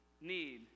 need